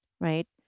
right